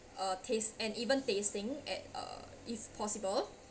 uh taste and even tasting at uh if possible